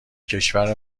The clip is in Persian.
کشور